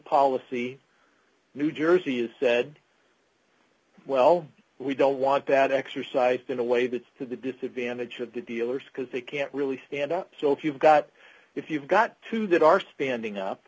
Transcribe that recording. policy new jersey you said well we don't want that exercised in a way that to the defeated damage of the dealers because they can't really stand up so if you've got if you've got two that are standing up